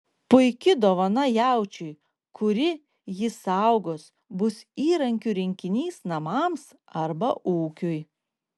puiki dovana jaučiui kuri jį saugos bus įrankių rinkinys namams arba ūkiui